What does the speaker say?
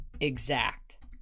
exact